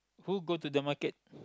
who go to the market